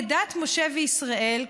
כדת משה וישראל,